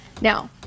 Now